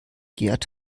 gerd